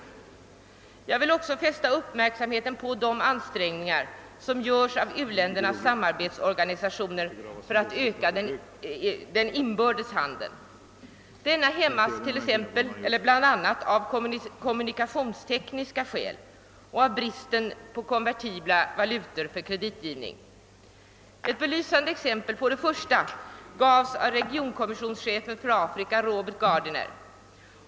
Vidare vill jag fästa uppmärksamheten på de ansträngningar som görs av u-ländernas samarbetsorganisationer för att öka den inbördes handeln. Denna hämmas dock bl.a. av kommunikationstekniska hinder och av bristen på konvertibla valutor för kreditgivning. Ett belysande exempel på det förstnämnda gavs av regionkommissionschefen för Afrika, Robert Gardiner.